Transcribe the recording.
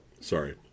sorry